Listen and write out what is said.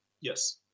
Yes